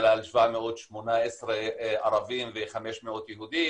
כלל 718 ערבים ו-500 יהודים.